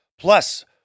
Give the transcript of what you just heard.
Plus